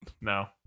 No